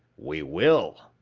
we will,